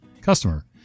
Customer